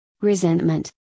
Resentment